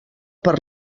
per